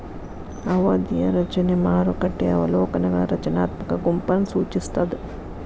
ಅವಧಿಯ ರಚನೆ ಮಾರುಕಟ್ಟೆಯ ಅವಲೋಕನಗಳ ರಚನಾತ್ಮಕ ಗುಂಪನ್ನ ಸೂಚಿಸ್ತಾದ